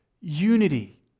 unity